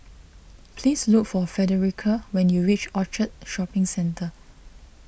please look for Fredericka when you reach Orchard Shopping Centre